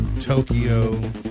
Tokyo